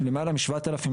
למעלה מ-7,000 דונם,